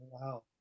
Wow